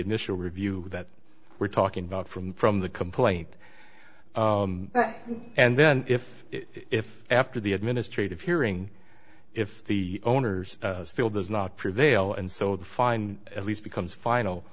initial review that we're talking about from from the complaint and then if if after the administrative hearing if the owners still does not prevail and so the fine at least becomes final